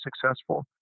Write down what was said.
successful